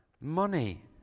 money